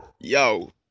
yo